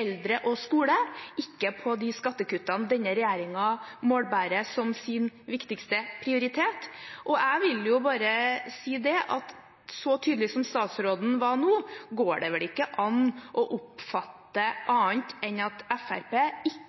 eldre og skole, ikke på de skattekuttene denne regjeringen målbærer som sin viktigste prioritet. Og jeg vil bare si at så tydelig som statsråden var nå, går det vel ikke an å oppfatte på annen måte enn at Fremskrittspartiet ikke